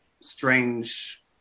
strange